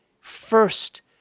first